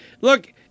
look